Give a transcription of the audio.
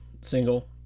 single